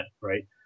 right